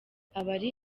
abari